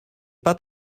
pas